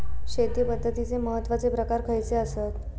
शेती पद्धतीचे महत्वाचे प्रकार खयचे आसत?